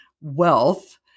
wealth